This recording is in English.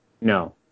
no